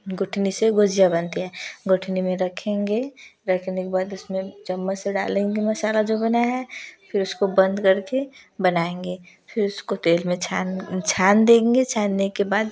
गुठनी से गुजिया बनती है गुठनी में रखेंगे रखने के बाद उसमें चम्मच डालेंगे मसारा जो बना है फिर उसको बंद करके बनाएंगे फिर उसको तेल में छान छान देंगे छानने के बाद